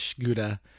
Gouda